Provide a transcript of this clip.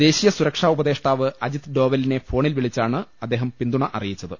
ദേശീയ സുരക്ഷാ ഉപദേഷ്ടാവ് അജിത്ഡോവലിനെ ഫോണിൽ വിളിച്ചാണ് അദ്ദേഹം പിന്തുണ അറിയിച്ചത്